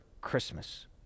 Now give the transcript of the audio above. Christmas